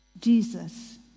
Jesus